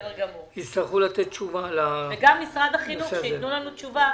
שמשרד החינוך ייתן לנו תשובה.